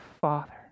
Father